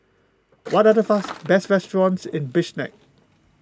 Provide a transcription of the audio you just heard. what are the fast best restaurants in Bishkek